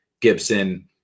Gibson